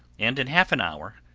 and in half an hour,